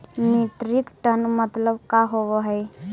Metric tonne मतलब का होव हइ?